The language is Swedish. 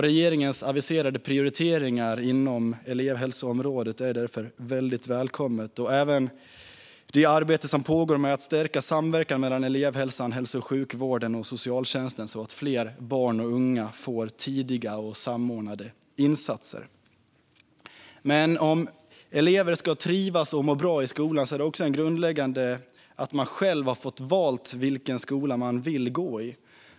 Regeringens aviserade prioriteringar inom elevhälsoområdet är därför väldigt välkomna, liksom det arbete som pågår med att stärka samverkan mellan elevhälsan, hälso och sjukvården och socialtjänsten så att fler barn och unga får tidiga och samordnade insatser. Men om elever ska trivas och må bra i skolan är det också grundläggande att de själva har fått välja vilken skola de vill gå i.